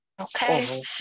Okay